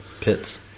Pits